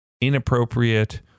inappropriate